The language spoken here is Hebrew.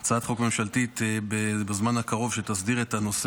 בזמן הקרוב הצעת חוק ממשלתית שתסדיר את הנושא,